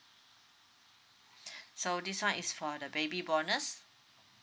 so this one is for the baby bonus